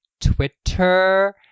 Twitter